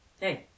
Hey